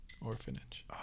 Orphanage